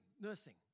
Nursing